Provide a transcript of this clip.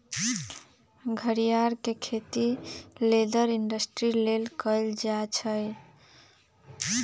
घरियार के खेती लेदर इंडस्ट्री लेल कएल जाइ छइ